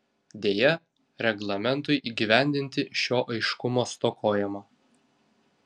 deja reglamentui įgyvendinti šio aiškumo stokojama